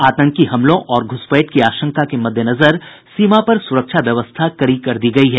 आतंकी हमलों और घुसपैठ की आशंका के मद्देनजर सीमा पर सुरक्षा व्यवस्था कड़ी कर दी गयी है